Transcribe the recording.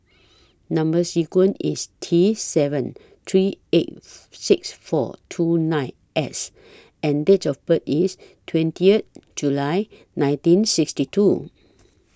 Number sequence IS T seven three eight six four two nine S and Date of birth IS twentieth July nineteen sixty two